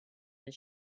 his